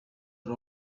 are